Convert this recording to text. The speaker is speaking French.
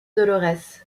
dolores